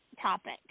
topic